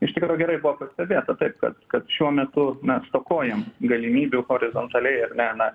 iš tikro gerai buvo pastebėta taip kad kad šiuo metu na stokojam galimybių horizontaliai ar ne na